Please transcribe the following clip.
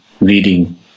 reading